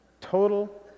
Total